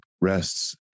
rests